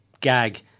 gag